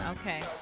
Okay